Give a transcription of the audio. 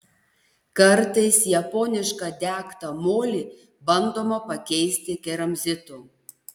kartais japonišką degtą molį bandoma pakeisti keramzitu